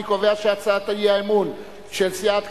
אני קובע שהצעת האי-אמון של סיעת קדימה,